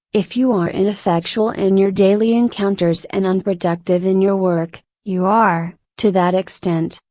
if you are ineffectual in your daily encounters and unproductive in your work, you are, to that extent,